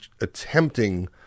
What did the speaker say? attempting